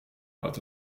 auto